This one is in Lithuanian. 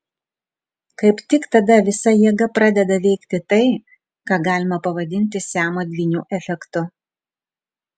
kaip tik tada visa jėga pradeda veikti tai ką galima pavadinti siamo dvynių efektu